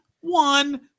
one